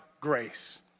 grace